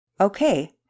Okay